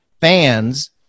fans